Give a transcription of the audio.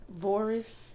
Voris